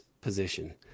position